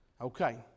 Okay